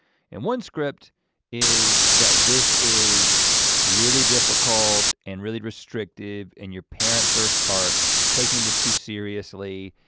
and one script is that this is really difficult and really restrictive, and your parents are are taking this too seriously,